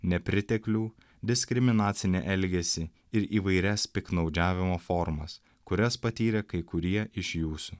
nepriteklių diskriminacinį elgesį ir įvairias piktnaudžiavimo formas kurias patyrė kai kurie iš jūsų